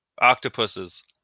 octopuses